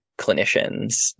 clinicians